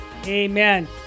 Amen